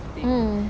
mm